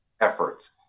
efforts